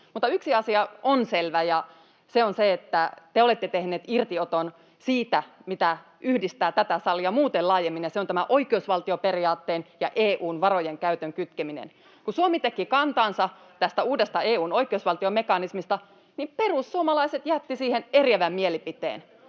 ja se on se, että te olette tehneet irtioton siitä, mikä yhdistää tätä salia muuten laajemmin, ja se on tämän oikeusvaltioperiaatteen ja EU:n varojen käytön kytkeminen. [Mari Rantasen välihuuto] Kun Suomi teki kantansa tästä uudesta EU:n oi- keusvaltiomekanismista, niin perussuomalaiset jättivät siihen eriävän mielipiteen.